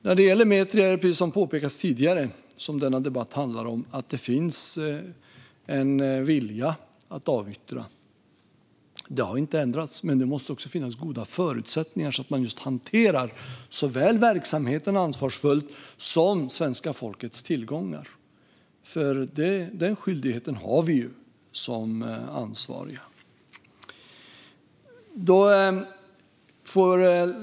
När det gäller Metria, som denna debatt handlar om, finns det, som påpekats tidigare, en vilja att avyttra. Detta har inte ändrats. Men det måste då också finnas goda förutsättningar, så att man hanterar såväl verksamheten som svenska folkets tillgångar ansvarsfullt. Den skyldigheten har vi som ansvariga.